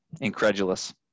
incredulous